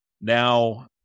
now